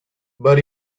but